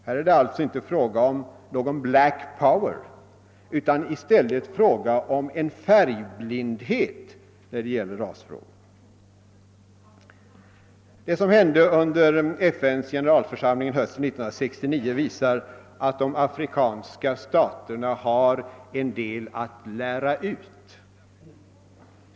Här är det alltså inte fråga om »black power» utan om färgblindhet när det gäller rasproblemen. Det som hände vid FN:s generalförsamling hösten 1969 visar, att de afrikanska staterna har en del att lära ut.